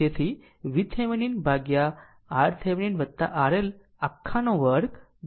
તેથી VThevenin ભાગ્યા RThevenin RL આખાનો વર્ગ RL